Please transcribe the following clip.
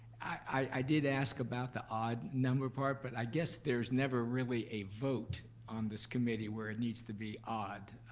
i did ask about the odd number part. but i guess there's never really a vote on this committee where it needs to be odd.